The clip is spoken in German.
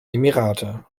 emirate